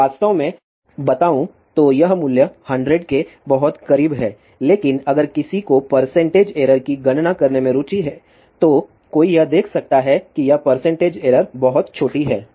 तो वास्तव में बताऊ तो यह मूल्य 100 के बहुत करीब है लेकिन अगर किसी को परसेंटेज एरर की गणना करने में रुचि है तो कोई यह देख सकता है कि यह परसेंटेज एरर बहुत छोटी है